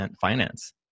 finance